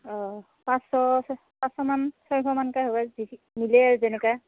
অ' পাঁচশ পাঁচশমান ছয়শমানকৈ মিলে আৰু যেনেকৈ